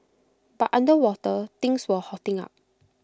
but underwater things were hotting up